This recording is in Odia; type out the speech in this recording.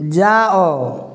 ଯାଅ